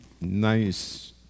nice